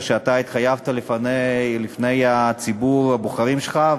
שהתחייבת לה לפני ציבור הבוחרים שלך.